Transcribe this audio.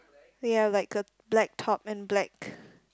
ya like a black top and black